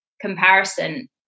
comparison